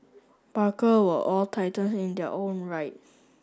barker were all titans in their own right